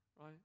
right